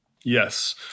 Yes